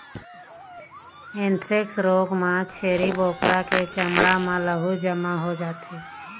anthrax रोग म छेरी बोकरा के चमड़ा म लहू जमा हो जाथे